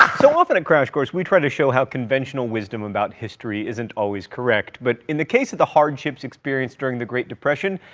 so, often at crash course we try to show how conventional wisdom about history isn't always correct. but in the case of the hardships experienced during the great depression,